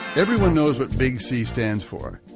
everyone knows what big c stands for.